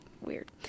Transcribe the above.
weird